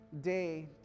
day